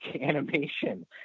animation